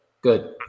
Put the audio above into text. good